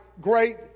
great